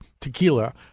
tequila